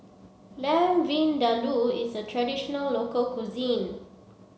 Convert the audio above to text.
Lamb Vindaloo is a traditional local cuisine